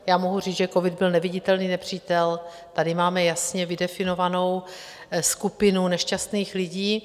Já mohu říct, že covid byl neviditelný nepřítel, tady máme jasně vydefinovanou skupinu nešťastných lidí.